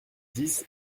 dix